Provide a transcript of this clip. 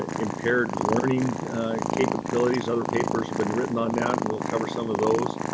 ah impaired learning capabilities, other papers have been written on that, we ll cover some of those.